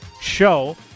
show